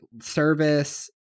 service